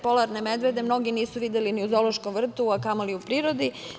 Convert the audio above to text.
Polarne medvede mnogi nisu videli ni u zološkom vrtu, a kamoli u prirodi.